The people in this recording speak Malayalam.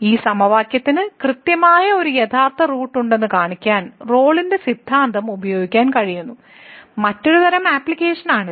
ഈ സമവാക്യത്തിന് കൃത്യമായി ഒരു യഥാർത്ഥ റൂട്ട് ഉണ്ടെന്ന് കാണിക്കാൻ റോളിന്റെ സിദ്ധാന്തം ഉപയോഗിക്കാൻ കഴിയുന്ന മറ്റൊരു തരം അപ്ലിക്കേഷനാണ് ഇത്